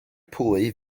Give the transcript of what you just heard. pwy